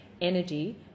energy